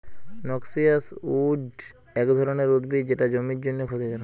noxious weed এক ধরণের উদ্ভিদ যেটা জমির জন্যে ক্ষতিকারক